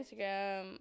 Instagram